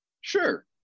sure